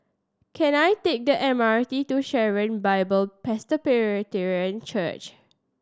can I take the M R T to Sharon Bible Presbyterian Church